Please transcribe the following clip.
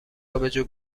آبجو